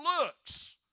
looks